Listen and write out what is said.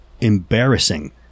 embarrassing